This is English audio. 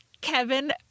Kevin